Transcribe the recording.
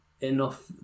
enough